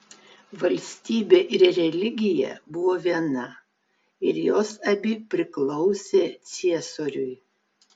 valstybė ir religija buvo viena ir jos abi priklausė ciesoriui